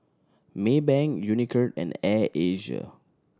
Maybank Unicurd and Air Asia